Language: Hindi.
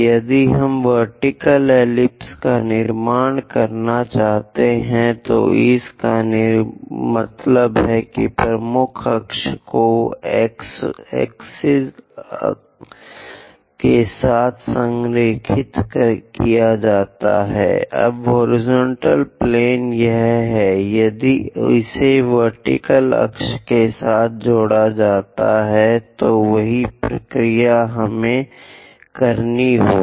यदि हम वर्टिकल एलिप्स का निर्माण करना चाहते हैं तो इसका मतलब है कि प्रमुख अक्ष को x अक्ष के साथ संरेखित किया जाता है अब हॉरिजॉन्टल प्लेन हैं यदि इसे वर्टिकल अक्ष के साथ जोड़ा जाता है तो वही प्रक्रिया हमें करनी होगी